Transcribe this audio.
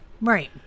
Right